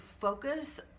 focus